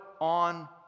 on